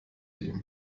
ihm